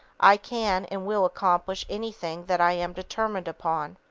i can and will accomplish anything that i am determined upon!